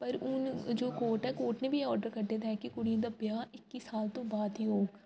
पर हून जो कोर्ट ऐ कोर्ट ने बी ऑर्डर कड्ढे दा ऐ की कुड़ियें दा ब्याह् इक्की साल तो बाद ही होग